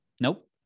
Nope